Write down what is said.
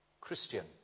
Christian